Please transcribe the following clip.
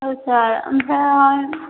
औ सार ओमफ्राय